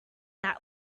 that